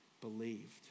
believed